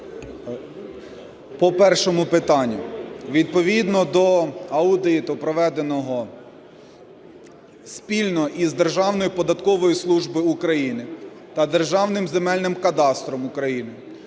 По першому питанню. Відповідно до аудиту, проведеного спільно із Державною податковою службою України та Державним земельним кадастром України,